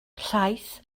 llaeth